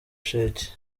sheki